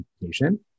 education